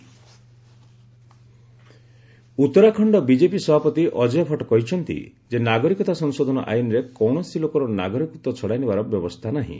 CAA Dehradun Uttarakhand BJP ସଭାପତି ଅଜୟ ଭଟ୍ଟ କହିଛନ୍ତି ଯେ ନାଗରିକତା ସଂଶୋଧନ ଆଇନରେ କୌଣସି ଲୋକର ନାଗରିକତ୍ୱ ଛଡ଼ାଇନେବାର ବ୍ୟବସ୍ଥା ନାହିଁ